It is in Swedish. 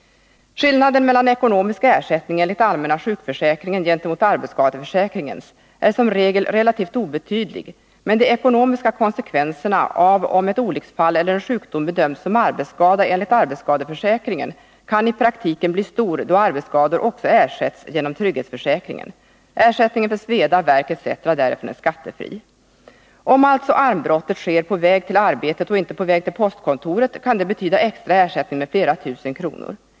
Skillnaden mellan ekonomisk ersättning enligt allmänna sjukförsäkringen gentemot arbetsskadeförsäkringens är som regel relativt obetydlig, men de ekonomiska konsekvenserna av om ett olycksfall eller en sjukdom bedöms 6 som arbetsskada enligt arbetsskadeförsäkringen kan i praktiken bli stora, då arbetsskador också ersätts genom trygghetsförsäkringen. Ersättningen för sveda, värk etc. därifrån är skattefri. Om alltså armbrottet sker på väg till arbetet och inte på väg till postkontoret, kan det betyda extra ersättning med flera tusen kronor.